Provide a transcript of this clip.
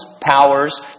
powers